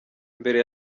mbere